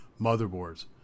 motherboards